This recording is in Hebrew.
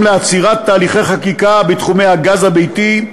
לעצירת תהליכי חקיקה בתחומי הגז הביתי,